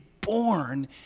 born